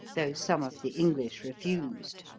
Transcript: though some of the english refused.